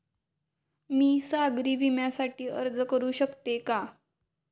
मी सागरी विम्यासाठी अर्ज करू शकते का?